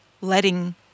letting